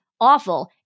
awful